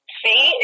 see